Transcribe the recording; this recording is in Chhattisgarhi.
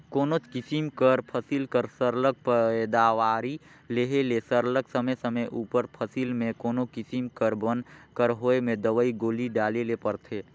कोनोच किसिम कर फसिल कर सरलग पएदावारी लेहे ले सरलग समे समे उपर फसिल में कोनो किसिम कर बन कर होए में दवई गोली डाले ले परथे